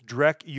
Drek